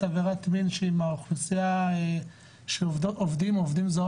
עבירת מין שהיא מהאוכלוסייה של עובדים זרים,